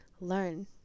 learn